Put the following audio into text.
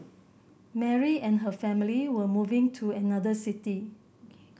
Mary and her family were moving to another city